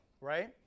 right